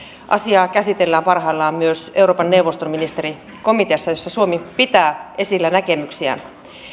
asiaa käsitellään parhaillaan myös euroopan neuvoston ministerikomiteassa jossa suomi pitää esillä näkemyksiään